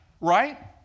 right